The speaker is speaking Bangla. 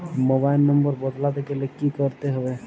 মোবাইল নম্বর বদলাতে গেলে কি করতে হবে?